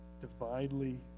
divinely